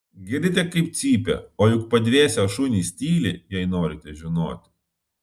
girdite kaip cypia o juk padvėsę šunys tyli jei norite žinoti